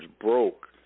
broke